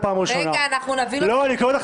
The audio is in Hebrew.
רגע, אנחנו נביא לך נתונים.